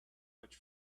much